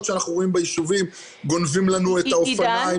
שאנחנו רואים ביישובים גונבים לנו את האופניים.